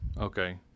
okay